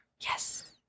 Yes